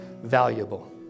valuable